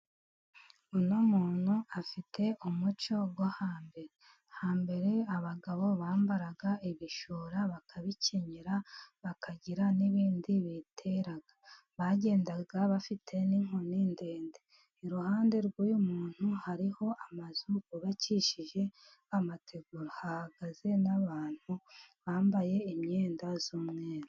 Uno muntu afite umuco wo hambere, hambere abagabo bambaraga ibishura bakabikenyera bakagira n'ibindi bitera, bagendaga bafite n'inkoni ndende, iruhande rw'uy'umuntu hariho amazu yubakishije amategura, hahagaze n'abantu bambaye imyenda y'umweru.